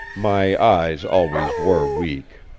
my eyes always were weak.